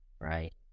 right